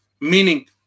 Meaning